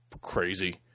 crazy